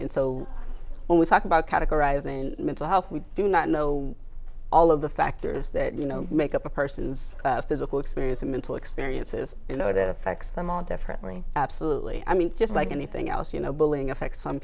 in so when we talk about categorizing and mental health we do not know all of the factors that you know make up a person's physical experience or mental experiences you know that affects them all differently absolutely i mean just like anything else you know bullying affects some